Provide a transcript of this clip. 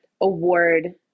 award